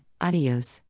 adios